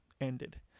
ended